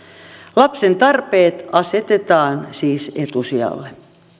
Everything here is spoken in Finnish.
lapsen tarpeet asetetaan siis etusijalle